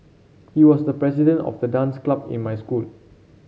he was the president of the dance club in my school